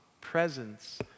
presence